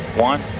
one.